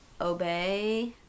Obey